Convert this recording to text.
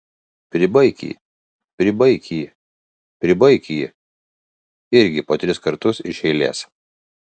pribaik jį pribaik jį pribaik jį irgi po tris kartus iš eilės